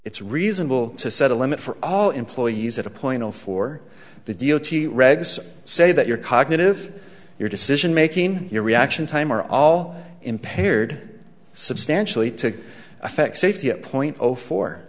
it's reasonable to set a limit for all employees at a point and for the d o t regs say that your cognitive your decision making your reaction time are all impaired substantially to affect safety zero point zero four